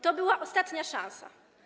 To była ostatnia szansa.